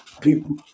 people